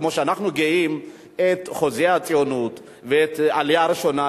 כמו שאנחנו גאים בחוזה הציונות ובעלייה הראשונה,